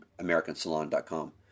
AmericanSalon.com